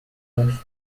است